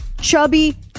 Chubby